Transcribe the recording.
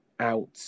out